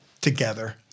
together